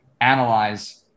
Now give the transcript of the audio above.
analyze